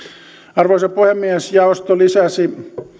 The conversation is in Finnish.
arvoisa puhemies jaosto lisäsi